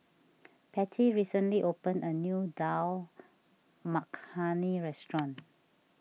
Pattie recently opened a new Dal Makhani restaurant